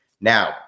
Now